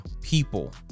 people